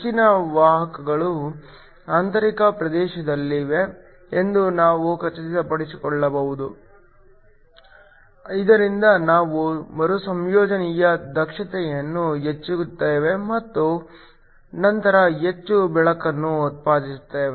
ಹೆಚ್ಚಿನ ವಾಹಕಗಳು ಆಂತರಿಕ ಪ್ರದೇಶದಲ್ಲಿವೆ ಎಂದು ನಾವು ಖಚಿತಪಡಿಸಿಕೊಳ್ಳಬಹುದು ಇದರಿಂದ ನಾವು ಮರುಸಂಯೋಜನೆಯ ದಕ್ಷತೆಯನ್ನು ಹೆಚ್ಚಿಸುತ್ತೇವೆ ಮತ್ತು ನಂತರ ಹೆಚ್ಚು ಬೆಳಕನ್ನು ಉತ್ಪಾದಿಸುತ್ತೇವೆ